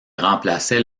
remplaçait